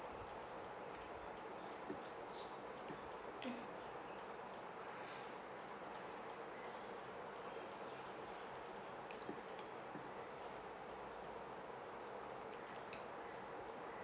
mm